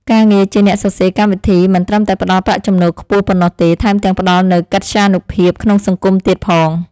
ការងារជាអ្នកសរសេរកម្មវិធីមិនត្រឹមតែផ្ដល់ប្រាក់ចំណូលខ្ពស់ប៉ុណ្ណោះទេថែមទាំងផ្ដល់នូវកិត្យានុភាពក្នុងសង្គមទៀតផង។